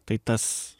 tai tas